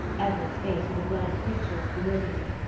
edna's face was a blank picture of bewilderment,